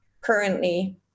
currently